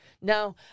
Now